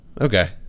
Okay